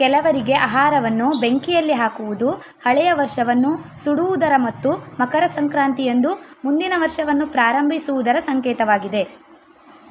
ಕೆಲವರಿಗೆ ಆಹಾರವನ್ನು ಬೆಂಕಿಯಲ್ಲಿ ಹಾಕೋದು ಹಳೆಯ ವರ್ಷವನ್ನು ಸುಡುವುದರ ಮತ್ತು ಮಕರ ಸಂಕ್ರಾಂತಿಯಂದು ಮುಂದಿನ ವರ್ಷವನ್ನು ಪ್ರಾರಂಭಿಸುವುದರ ಸಂಕೇತವಾಗಿದೆ